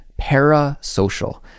parasocial